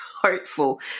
hopeful